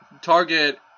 target